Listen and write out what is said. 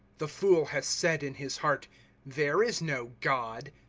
the fool has said in his heart there is no g-od.